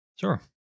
Sure